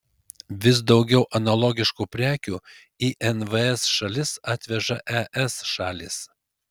vis daugiau analogiškų prekių į nvs šalis atveža es šalys